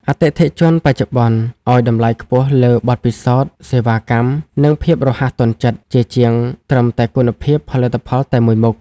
អតិថិជនបច្ចុប្បន្នឱ្យតម្លៃខ្ពស់លើ "បទពិសោធន៍សេវាកម្ម" និង "ភាពរហ័សទាន់ចិត្ត" ជាជាងត្រឹមតែគុណភាពផលិតផលតែមួយមុខ។